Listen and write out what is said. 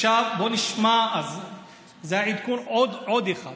אז זה העדכון, עוד אחד.